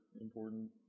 important